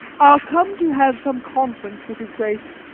are come to have some conference with his grace.